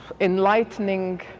enlightening